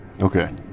Okay